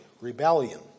Rebellion